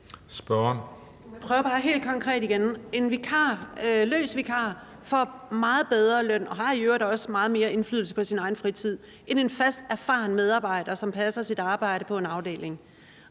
En løs vikar får en meget bedre løn og har i øvrigt også meget mere indflydelse på sin egen fritid end en fast erfaren medarbejder, som passer sit arbejde på en afdeling;